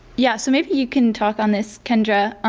yeah so maybe you can talk on this kendra?